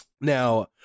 now